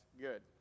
Good